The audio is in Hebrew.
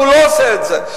והוא לא עושה את זה.